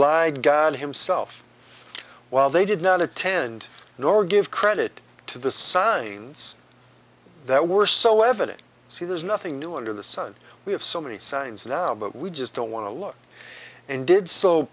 belied god himself while they did not attend nor give credit to the signs that were so evident see there is nothing new under the sun we have so many signs now but we just don't want to look and did so